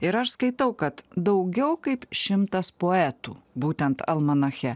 ir aš skaitau kad daugiau kaip šimtas poetų būtent almanache